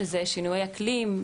שזה שינויי אקלים,